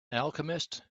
alchemist